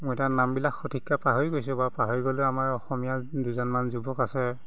মই এতিয়া নামবিলাক সঠিককৈ পাহৰি গৈছোঁ বাৰু পাহৰি গ'লেও আমাৰ অসমীয়া দুজনমান যুৱক আছে